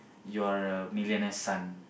you are a millionaire son